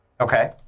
okay